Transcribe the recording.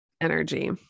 energy